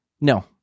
no